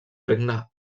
regne